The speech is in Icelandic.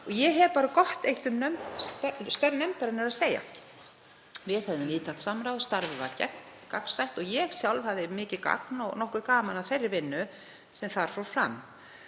Ég hef bara gott eitt um störf nefndarinnar að segja. Við höfðum víðtækt samráð, starfið var gagnsætt og ég hafði sjálf mikið gagn og nokkuð gaman af þeirri vinnu sem þar fór fram.